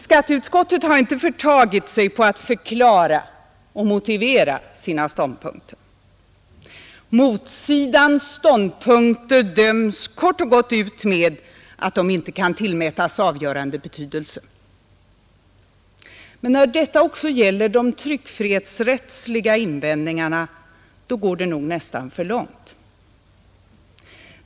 Skatteutskottet har inte förtagit sig på att förklara och motivera sina ståndpunkter. Motsidans ståndpunkter döms kort och gott ut med att de inte kan tillmätas avgörande betydelse. Men när detta också gäller de tryckfrihetsrättsliga invändningarna, då går det nästan för långt.